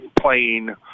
playing